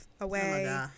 away